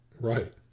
Right